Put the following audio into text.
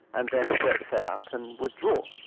and then get fed up and withdraw.